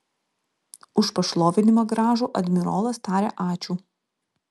už pašlovinimą gražų admirolas taria ačiū